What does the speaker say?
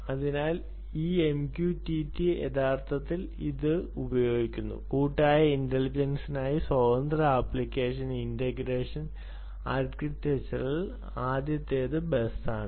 അതിനാൽ ഈ MQTT യഥാർത്ഥത്തിൽ ഇത് ഉപയോഗിക്കുന്നു കൂട്ടായ ഇന്റലിജൻസിനായി സ്വതന്ത്ര ആപ്ലിക്കേഷൻ ഇന്റഗ്രേഷൻ ആർക്കിടെക്ചറിൽ ആദ്യത്തേത് ബസ് ആണ്